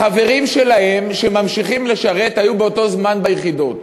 החברים שלהם שממשיכים לשרת היו באותו זמן ביחידות.